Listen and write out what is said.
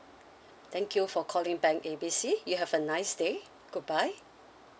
thank you for calling bank A B C you have a nice day goodbye